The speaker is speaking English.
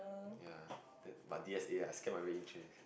ya but D_S_A lah I scared my